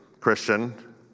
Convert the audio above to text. Christian